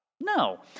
No